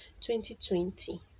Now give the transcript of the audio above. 2020